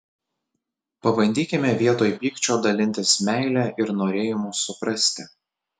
pabandykime vietoj pykčio dalintis meile ir norėjimu suprasti